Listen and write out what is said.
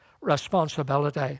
responsibility